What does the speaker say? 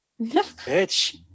bitch